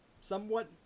somewhat